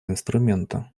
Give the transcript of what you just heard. инструмента